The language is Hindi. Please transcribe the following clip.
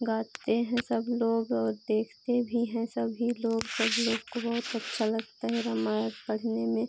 गाते हैं सब लोग और देखते भी हैं सभी लोग सब लोग को बहुत अच्छा लगता है रामायण पढ़ने में